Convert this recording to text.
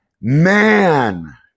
Man